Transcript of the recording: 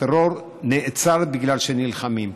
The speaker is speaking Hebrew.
הטרור נעצר בגלל שנלחמים.